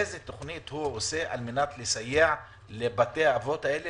איזו תכנית הם עושים על מנת לסייע לבתי האבות האלה